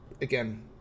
again